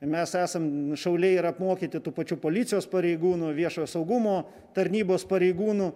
mes esam šauliai ir apmokyti tų pačių policijos pareigūnų viešojo saugumo tarnybos pareigūnų